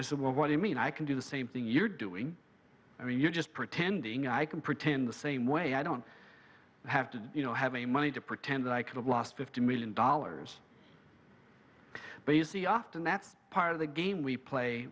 and said well what i mean i can do the same thing you're doing or you're just pretending i can pretend the same way i don't have to you know have a money to pretend that i could have lost fifty million dollars but you see often that's part of the game we play